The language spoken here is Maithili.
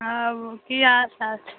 आब की हाल चाल